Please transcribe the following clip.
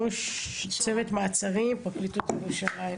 ראש צוות מעצרים בפרקליטות ירושלים,